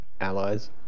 allies